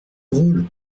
drôle